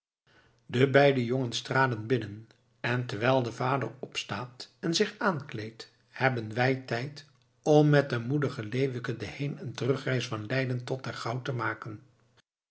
de beide jongens traden binnen en terwijl de vader opstaat en zich aankleedt hebben wij tijd om met den moedigen leeuwke de heenen terugreis van leiden tot ter gouw te maken